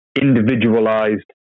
individualized